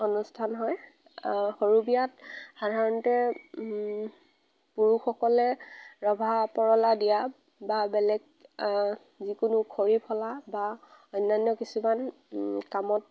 অনুষ্ঠান হয় সৰু বিয়াত সাধাৰণতে পুৰুষসকলে ৰভা পৰলা দিয়া বা বেলেগ যিকোনো খৰি ফলা বা অন্যান্য কিছুমান কামত